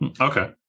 Okay